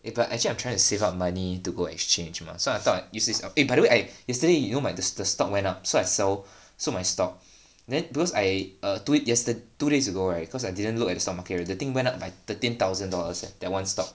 eh but actually I'm trying to save up money to go exchange mah so I thought use this eh by the way I yesterday you know my the the stock went up so I sell I sell my stock then those I err do it yesterday two days ago right cause I didn't look at the stock market right the thing went up by thirteen thousand dollars eh that one stock